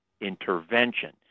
intervention